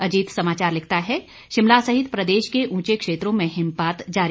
अजीत समाचार लिखता है शिमला सहित प्रदेश के उंचे क्षेत्रों में हिमपात जारी